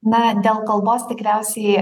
na dėl kalbos tikriausiai